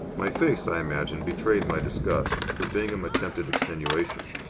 my face, i imagine, betrayed my disgust, for bingham attempted extenuation.